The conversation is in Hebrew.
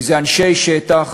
כי זה אנשי שטח.